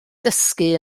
dysgu